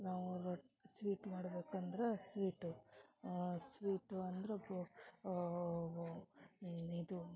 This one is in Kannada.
ನಾವು ರೋ ಸ್ವೀಟ್ ಮಾಡ್ಬೇಕು ಅಂದ್ರ ಸ್ವೀಟ್ ಸ್ವೀಟು ಅಂದರೆ ಗ್ಲೊ ಇದು